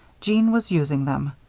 jeanne was using them.